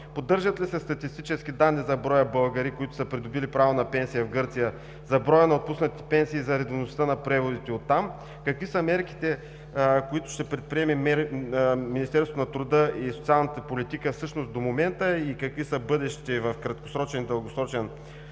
Поддържат ли се статистически данни за броя българи, които са придобили право на пенсия в Гърция, за броя на отпуснатите пенсии, за редовността на преводите от там? Какви са мерките, които ще предприеме Министерството на труда и социалната политика, всъщност до момента, и какви са бъдещите в краткосрочен и дългосрочен план,